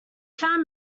found